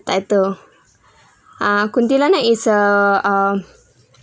title uh kuntilanak is a um